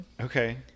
Okay